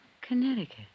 Connecticut